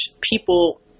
people